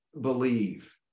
believe